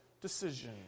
decision